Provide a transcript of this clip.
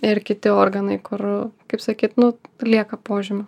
ir kiti organai kur kaip sakyt nu lieka požymių